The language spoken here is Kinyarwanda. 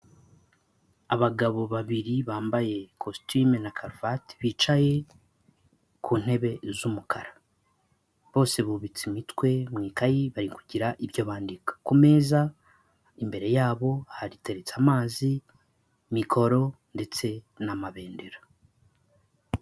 Abagabo babiri bambaye ikositimu na karuvati, bicaye ku ntebe z'umukara bose bubitse imitwe mu ikayi bari kugira ibyo bandika, ku meza imbere yabo hateretse amazi, mikoro ndetse n'amabendera.